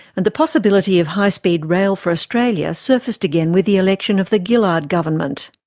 and the possibility of high speed rail for australia surfaced again with the election of the gillard government.